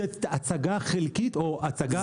זאת הצגה חלקית או הצגה מעוותת.